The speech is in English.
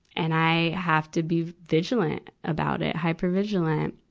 and i have to be vigilant about it, hypervigilant.